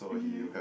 mmhmm